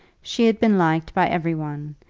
she had been liked by every one,